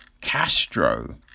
Castro